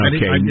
Okay